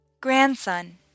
grandson